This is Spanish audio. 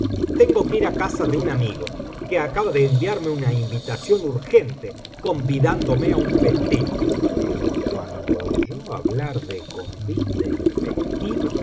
tengo que ir á casa de un amigo que acaba de enviarme una invitación urgente convidándome á un festín pero cuando oyó hablar de convite y